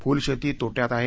फुल शेती तोट्यात आहे